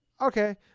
okay